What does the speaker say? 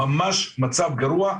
ממש מצב גרוע,